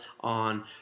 on